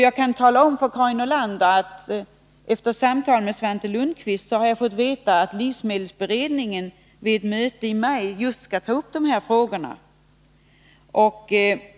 Jag kan tala om för Karin Nordlander att jag vid samtal med Svante Lundkvist fått veta att livsmedelsberedningen vid ett möte i maj skall ta upp just dessa frågor.